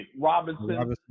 Robinson